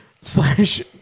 slash